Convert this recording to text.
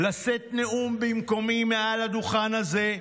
לשאת נאום במקומי מעל הדוכן הזה,